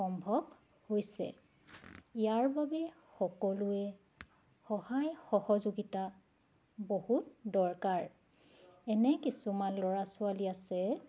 সম্ভৱ হৈছে ইয়াৰ বাবে সকলোৰে সহায় সহযোগিতা বহুত দৰকাৰ এনে কিছুমান ল'ৰা ছোৱালী আছে